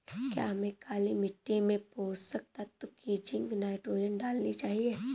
क्या हमें काली मिट्टी में पोषक तत्व की जिंक नाइट्रोजन डालनी चाहिए?